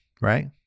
right